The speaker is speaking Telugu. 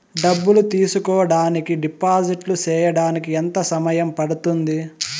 డబ్బులు తీసుకోడానికి డిపాజిట్లు సేయడానికి ఎంత సమయం పడ్తుంది